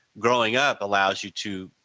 growing up allows you to